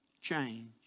change